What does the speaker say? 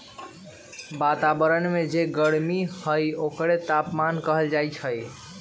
वतावरन में जे गरमी हई ओकरे तापमान कहल जाई छई